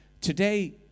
Today